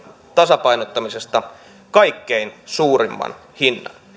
tasapainottamisesta kaikkein suurimman hinnan